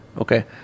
okay